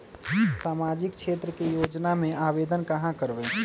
सामाजिक क्षेत्र के योजना में आवेदन कहाँ करवे?